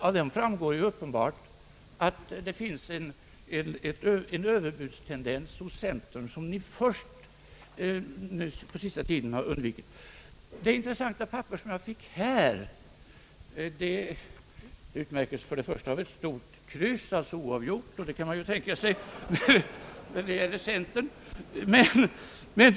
Av dem framgår uppenbart att det finns en överbudstendens hos centern, som ni först på sista tiden har undvikit. Det intressanta papper jag fick av herr Bengtson utmärks för det första av ett stort kryss, alltså oavgjort — och det kan man naturligtvis tänka sig när det gäller centern!